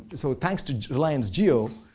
so, thanks to reliance jio,